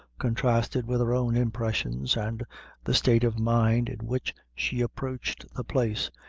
contrasted with her own impressions and the state of mind in which she approached the place,